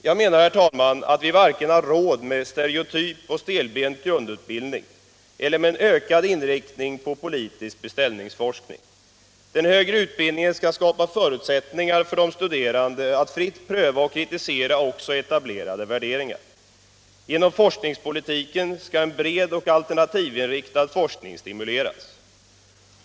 Jag menar, herr talman, att vi inte har råd med vare sig en stereotyp och stelbent grundutbildning eller en ökad inriktning på politisk beställningsforskning. Den högre utbildningen skall skapa förutsättningar för de studerande att fritt pröva och kritisera också etablerade värderingar. Genom forskningspolitiken skall en bred och alternativinriktad forskning stimuleras.